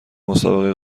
مسابقه